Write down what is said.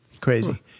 Crazy